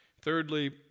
Thirdly